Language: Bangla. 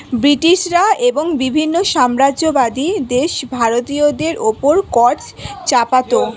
ব্রিটিশরা এবং বিভিন্ন সাম্রাজ্যবাদী দেশ ভারতীয়দের উপর কর চাপাতো